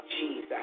Jesus